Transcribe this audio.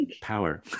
power